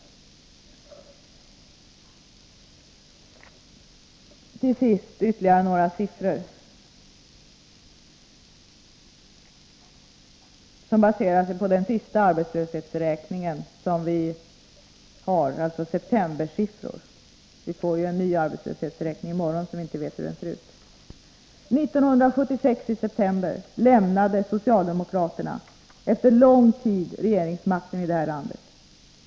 Till sist vill jag redovisa ytterligare några siffror, baserade på den senaste arbetslöshetsstatistiken, dvs. uppgifterna för september månad. I september 1976 lämnade socialdemokraterna den regeringsmakt som de innehaft under lång tid.